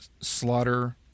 slaughter